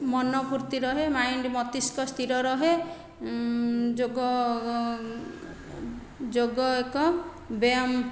ମନ ଫୁର୍ତ୍ତି ରହେ ମାଇଣ୍ଡ ମସ୍ତିଷ୍କ ସ୍ଥିର ରହେ ଯୋଗ ଯୋଗ ଏକ ବ୍ୟାୟାମ